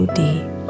deep